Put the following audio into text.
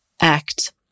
act